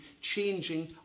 changing